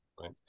Right